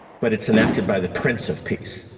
but it is enacted by the prince of peace,